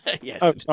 Yes